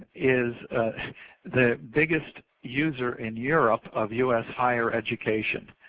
is the biggest user in europe of u s. higher education.